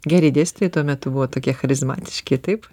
geri dėstytojai tuo metu buvo tokie charizmatiški taip